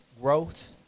growth